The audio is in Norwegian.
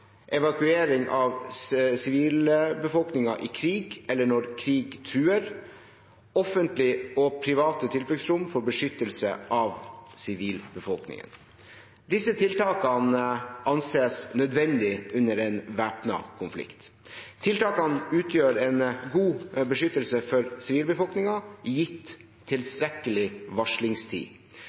evakuering av sivilbefolkningen i krig eller når krig truer, og offentlig og private tilfluktsrom for beskyttelse av sivilbefolkningen. Disse tiltakene anses nødvendig under en væpnet konflikt. Tiltakene utgjør en god beskyttelse for sivilbefolkningen, gitt tilstrekkelig varslingstid.